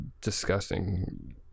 Disgusting